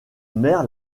mère